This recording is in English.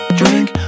drink